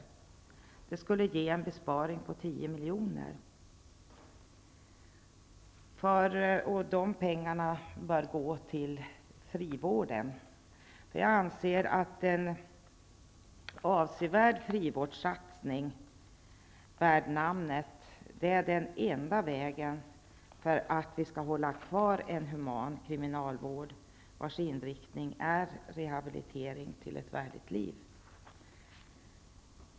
Det skulle ge en besparing på 10 miljoner, och de pengarna bör gå till frivården. Jag anser att en avsevärd frivårdssatsning, värd namnet, är den enda vägen för att hålla kvar en human kriminalvård, vars inriktning är rehabilitering till ett värdigt liv.